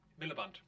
Miliband